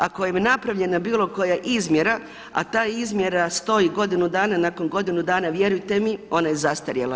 Ako je napravljena bilo koja izmjera, a ta izmjera stoji godinu dana, nakon godinu dana vjerujte mi ona je zastarjela.